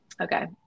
Okay